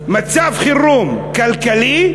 מצב חירום כלכלי.